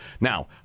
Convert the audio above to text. now